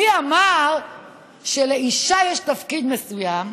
מי אמר שלאישה יש תפקיד מסוים,